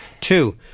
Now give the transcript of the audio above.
two